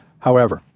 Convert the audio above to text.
however,